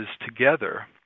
together